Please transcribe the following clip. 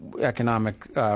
economic